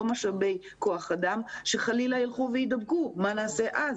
לא משאבי כוח אדם שחלילה ילכו ויידבקו כי אז מה נעשה?